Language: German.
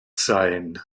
sein